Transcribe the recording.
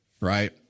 right